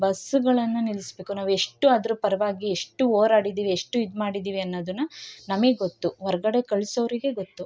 ಬಸ್ಸುಗಳನ್ನ ನಿಲ್ಲಿಸ್ಬೇಕು ನಾವು ಎಷ್ಟು ಅದ್ರ ಪರವಾಗಿ ಎಷ್ಟು ಹೋರಾಡಿದೀವ್ ಎಷ್ಟು ಇದು ಮಾಡಿದ್ದೀವಿ ಅನ್ನೋದನ್ನ ನಮಗ್ ಗೊತ್ತು ಹೊರ್ಗಡೆ ಕಳಸೋವ್ರಿಗೆ ಗೊತ್ತು